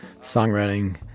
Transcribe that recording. songwriting